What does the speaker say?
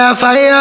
fire